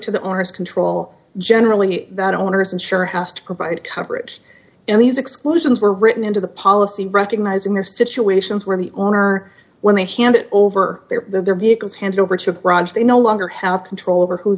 to the owners control generally that owners insure has to provide coverage in these explosions were written into the policy recognizing their situations where the owner when they handed over their their vehicles handed over to the raj they no longer have control over who